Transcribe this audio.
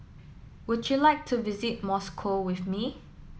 would you like to visit Moscow with me